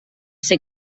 ser